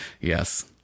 yes